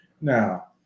now